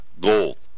Gold